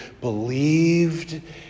believed